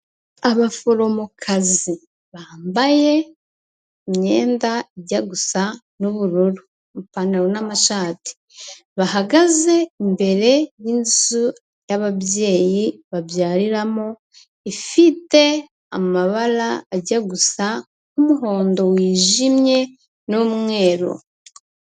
Abaforomokazi bambaye imyenda ijya gusa n'ubururu ipantaro n'amashati, bahagaze imbere y'inzu y'ababyeyi babyariramo ifite amabara ajya gusa nk'umuhondo wijimye n'umweru.